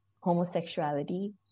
homosexuality